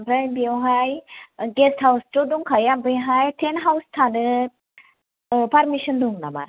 आमफ्राय बेवहाय guest house थ' दंखायो आमफ्रायहाय टेन्ट हाउस थानो पारमिस'न दं नामा